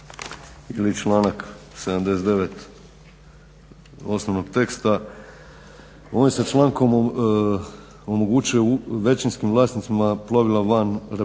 ili članak 79. osnovnog teksta, ovim se člankom omogućuje u većinskim vlasnicima plovila van RH i